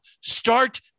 Start